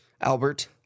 Albert